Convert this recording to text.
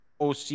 OC